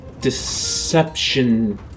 Deception